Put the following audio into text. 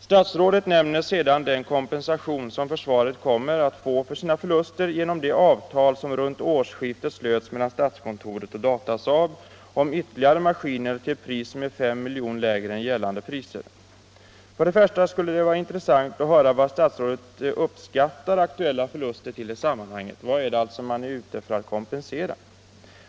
Statsrådet nämner sedan den kompensation som försvaret kommer att få för sina förluster genom det avtal som runt årsskiftet slöts mellan statskontoret och Datasaab om ytterligare maskiner till ett pris som är 5 miljoner lägre än gällande priser. För det första skulle det vara intressant att höra vad statsrådet uppskattar aktuella förluster till i sammanhanget. Vad är det man skall kompensera?